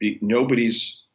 Nobody's